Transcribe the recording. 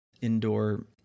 indoor